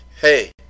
hey